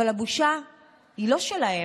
אבל הבושה היא לא שלהם,